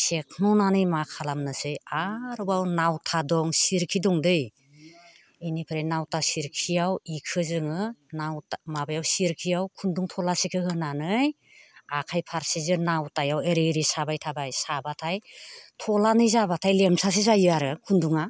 सेख्न'नानै मा खालामनोसै आरोबाव नावथा दं सिरखि दंदै बेनिफ्राय नावथा सिरखियाव बेखौ जोङो नावथा माबायाव सेरखियाव खुन्दुं थलासेखौ होनानै आखाइ फारसेजों नावथायाव ओरै ओरै साबाय थाबाय साबाथाय थलानै जाबाथाय लेमसासो जायो आरो खुन्दुङा